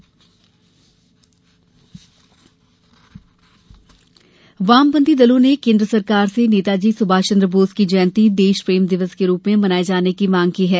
नेताजी वामदल वामपंथी दलों ने केन्द्र सरकार से नेताजी सुभाषचन्द बोस की जयंती देशप्रेम दिवस के रूप में मनाये जाने की मांग की है